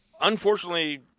unfortunately